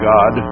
God